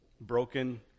broken